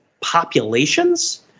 populations